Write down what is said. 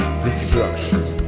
destruction